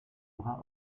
bras